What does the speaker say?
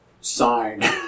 Signed